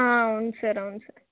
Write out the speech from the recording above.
అవును సార్ అవును సార్